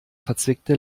verzwickte